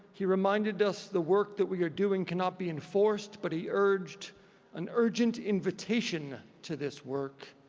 he reminded us the work that we are doing cannot be enforced, but he urgeed an urgent invitation to this work.